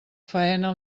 faena